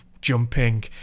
jumping